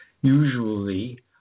usually